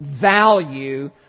value